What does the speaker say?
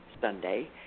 Sunday